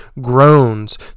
groans